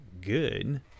good